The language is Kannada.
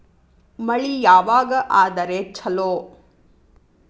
ಮಳಿ ಯಾವಾಗ ಆದರೆ ಛಲೋ?